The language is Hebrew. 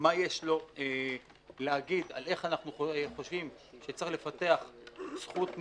מה יש לו להגיד על איך אנחנו חושבים שצריך לפתח זכות מסוימת,